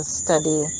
study